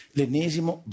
L'ennesimo